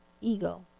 ego